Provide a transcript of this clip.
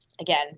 again